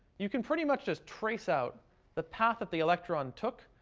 you can pretty much just trace out the path that the electron took,